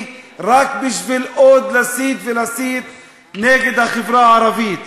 רק בשביל להסית עוד נגד החברה הערבית.